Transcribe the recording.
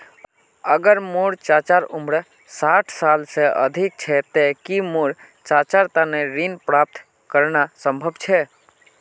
अगर मोर चाचा उम्र साठ साल से अधिक छे ते कि मोर चाचार तने ऋण प्राप्त करना संभव छे?